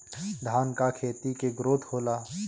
धान का खेती के ग्रोथ होला?